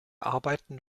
arbeiten